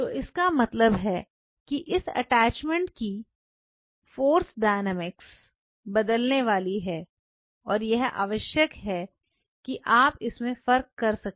तो इसका मतलब है कि इस अटैचमेंट की फाॅर्स डायनामिक्स बदलने वाली है और यह आवश्यक है कि आप इसमें फर्क कर सकें